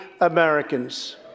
Americans